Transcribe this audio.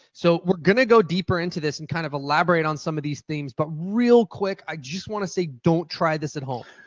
so we're going to go deeper into this and kind of elaborate on some of these things, but real quick, i just want to say don't try this at home.